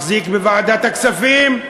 מחזיק בוועדת הכספים,